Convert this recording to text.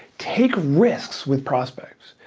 take risks with prospects.